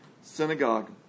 synagogue